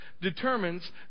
determines